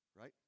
right